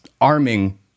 arming